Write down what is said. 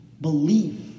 belief